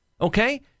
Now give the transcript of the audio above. okay